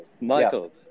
Michael